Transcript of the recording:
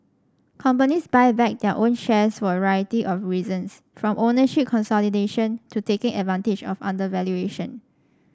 companies buy back their own shares for a variety of reasons from ownership consolidation to taking advantage of undervaluation